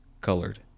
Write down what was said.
colored